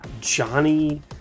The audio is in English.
Johnny